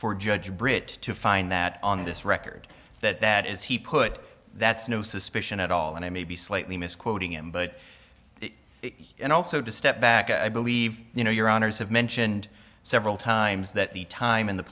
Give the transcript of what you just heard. for judge britt to find that on this record that that is he put that's no suspicion at all and i may be slightly misquoting him but and also to step back i believe you know your honour's have mentioned several times that the time in the